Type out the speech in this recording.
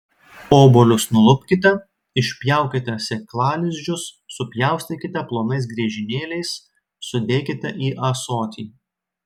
obuolius nulupkite išpjaukite sėklalizdžius supjaustykite plonais griežinėliais sudėkite į ąsotį